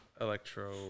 Electro